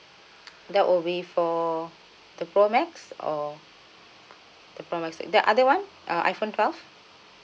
that will be for the pro max or the pro max the other one uh iPhone twelve